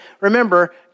remember